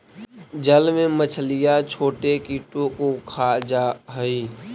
जल में मछलियां छोटे कीटों को खा जा हई